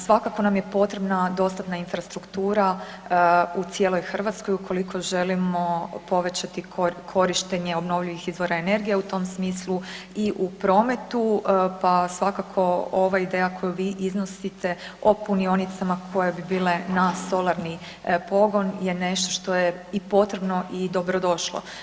Svakako nam je potrebna dostatna infrastruktura u cijeloj Hrvatskoj ukoliko želimo povećati korištenje obnovljivih izvora energije u tom smislu i u prometu, pa svakako ova ideja koju vi iznosite o punionicama koje bi bile na solarni pogon je nešto što je i potrebno i dobrodošlo.